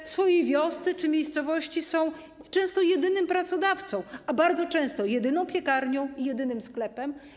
One w wiosce czy miejscowości są często jedynym pracodawcą, bardzo często - jedyną piekarnią i jedynym sklepem.